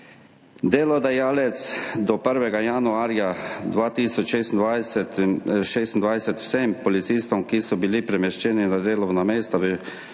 Delodajalec do 1. januarja 2026 vsem policistom, ki so bili premeščeni na delovna mesta